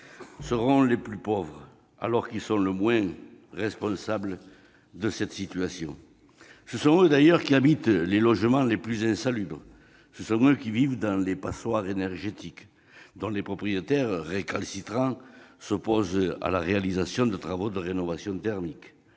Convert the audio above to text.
seront les plus pauvres, alors qu'ils sont les moins responsables de la situation. Ce sont eux, d'ailleurs, qui habitent les logements les plus insalubres. Ce sont eux qui vivent dans des passoires énergétiques, dont les propriétaires récalcitrants s'opposent à la réalisation de travaux de rénovation thermique.